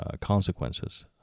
consequences